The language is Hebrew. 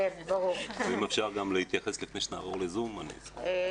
(היו"ר אורלי פרומן) אם אפשר רק להתייחס לפני שנעבור לזום אני אשמח.